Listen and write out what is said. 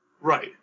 Right